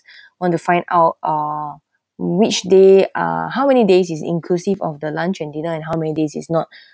want to find out uh which day ah how many days is inclusive of the lunch and dinner and how many days is not